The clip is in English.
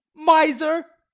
miser!